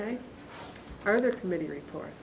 ok further committee report